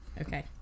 Okay